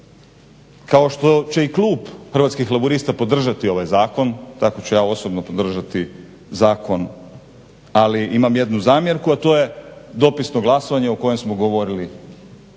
Kao što će i klub Hrvatskih laburista podržati ovaj Zakon tako ću ja osobno podržati zakon. Ali imam jednu zamjerku a to je dopisno glasovanje o kojem smo govorili.